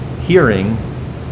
hearing